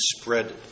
spread